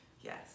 Yes